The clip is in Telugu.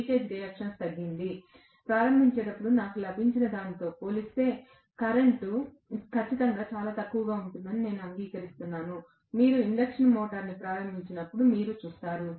లీకేజ్ రియాక్టన్స్ తగ్గింది ప్రారంభించేటప్పుడు నాకు లభించిన దానితో పోల్చితే కరెంట్ ఖచ్చితంగా చాలా తక్కువగా ఉంటుందని నేను అంగీకరిస్తున్నాను మీరు ఇండక్షన్ మోటారును ప్రారంభించినప్పుడు మీరు చూస్తారు